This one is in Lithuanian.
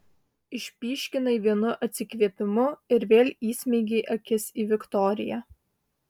išpyškinai vienu atsikvėpimu ir vėl įsmeigei akis į viktoriją